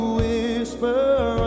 whisper